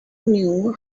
knew